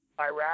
Iraq